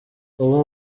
ubu